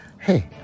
hey